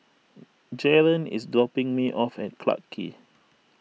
Jaren is dropping me off Clarke Quay